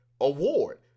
award